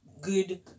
Good